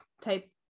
type